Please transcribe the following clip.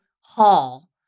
hall